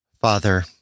Father